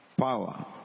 power